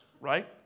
Right